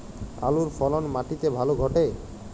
আলুর ফলন মাটি তে ভালো ঘটে?